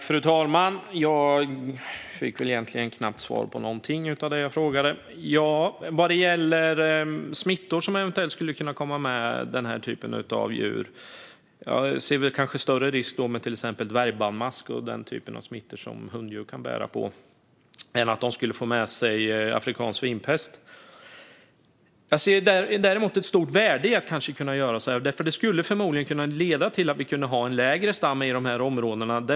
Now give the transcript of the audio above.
Fru talman! Jag fick egentligen inte svar på någonting av det jag frågade om. När det gäller smittor som eventuellt skulle komma in med denna typ av djur ser jag större risk med till exempel dvärgbandmask och den typ av smittor som hunddjur kan bära på än att de skulle få med sig afrikansk svinpest. Jag ser däremot ett stort värde i att kanske göra på det sättet, eftersom det förmodligen skulle kunna leda till att vi kunde ha en mindre stam i dessa områden.